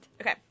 okay